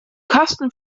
kosten